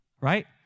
right